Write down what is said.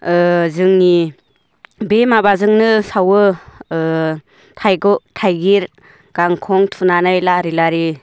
जोंनि बे माबाजोंनो सावो थाइगिर गांखं थुनानै लारि लारि